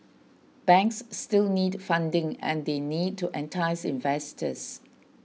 banks still need funding and they need to entice investors